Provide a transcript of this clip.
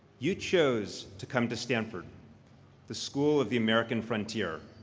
you chose to come to stanford the school of the american frontier,